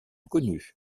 connue